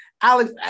Alex